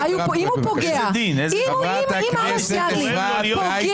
אם עמוס ידלין פוגע